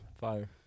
Fire